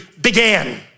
began